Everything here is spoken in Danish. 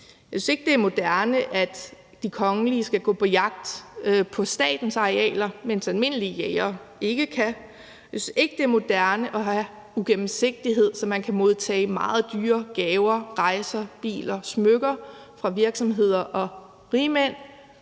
Jeg synes ikke, at det er moderne, at de kongelige skal gå på jagt på statens arealer, mens almindelige jægere ikke kan. Jeg synes ikke, at det er moderne at have uigennemsigtighed, så man kan modtage meget dyre gaver, rejser, biler og smykker fra virksomheder og rigmænd,